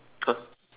!huh!